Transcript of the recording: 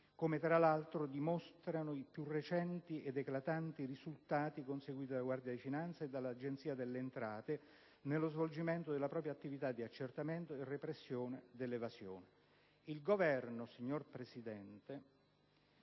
come tra l'altro dimostrano i più recenti ed eclatanti risultati conseguiti dalla Guardia di finanza e dall'Agenzia delle entrate nello svolgimento della propria attività di accertamento e repressione dell'evasione. Il Governo, signor Presidente,